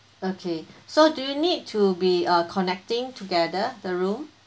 okay so do you need to be uh connecting together the room